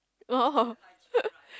oh